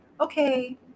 okay